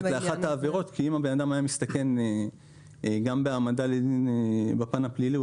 לאחת העבירות כי אם הבן אדם היה מסתכן גם בהעמדה לדין בפן הפלילי,